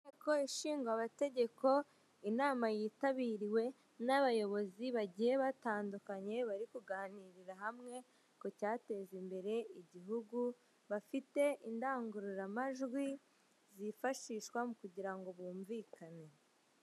Inteko ishinga amategeko inama yitabiriwe n'abayobozi bagiye batandukanye bari kuganirira hamwe ku cyateza imbere igihugu bafite indangururamajwi zifashishwa mu kugira ngo bumvikane.